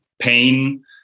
pain